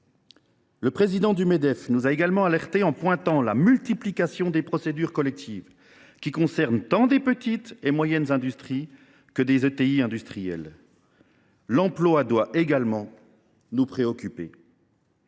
Le président du Medef nous a également alertés en pointant la multiplication des procédures collectives, qui concernent tant les petites et moyennes industries que les ETI industrielles. L’emploi doit aussi nous préoccuper.